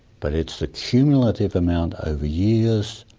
but it's the cumulative amount over years,